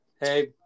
Hey